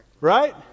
Right